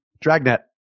Dragnet